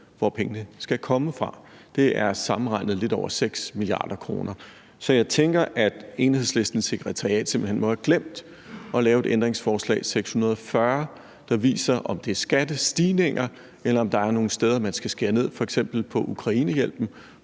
hvor pengene skal komme fra. Det er sammenregnet lidt over 6 mia. kr., så jeg tænker, at Enhedslistens sekretariat simpelt hen må have glemt at lave ændringsforslag nr. 640, som viser, om der skal være skattestigninger, eller om der er nogle steder, man skal skære ned, f.eks. på Ukrainehjælpen,